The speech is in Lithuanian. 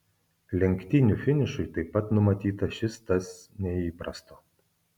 lenktynių finišui taip pat numatyta šis tas neįprasto